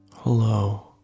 Hello